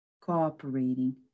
cooperating